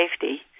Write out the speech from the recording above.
safety